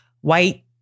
white